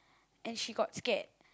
and she got scared